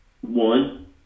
One